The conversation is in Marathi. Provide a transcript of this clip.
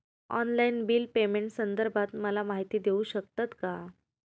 ऑनलाईन बिल पेमेंटसंदर्भात मला माहिती देऊ शकतात का?